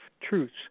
truths